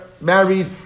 married